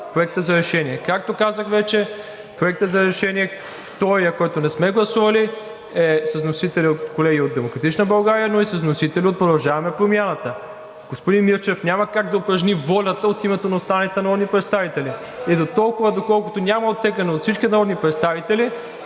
проекта за решение. Както казах вече, Проектът за решение, вторият, който не сме гласували, е с вносители колеги от „Демократична България“, но и с вносители от „Продължаваме Промяната“. Господин Мирчев няма как да упражни волята от името на останалите народни представители. И дотолкова, доколкото няма оттегляне от всички народни представители,